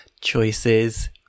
choices